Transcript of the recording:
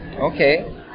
Okay